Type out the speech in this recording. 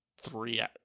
three